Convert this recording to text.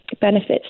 benefits